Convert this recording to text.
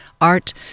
Art